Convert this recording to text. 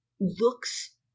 looks